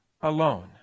alone